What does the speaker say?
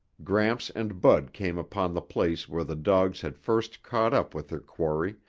gramps and bud came upon the place where the dogs had first caught up with their quarry,